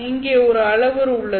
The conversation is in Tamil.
இங்கே ஒரு அளவுரு உள்ளது